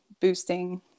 boosting